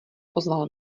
ozval